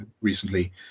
recently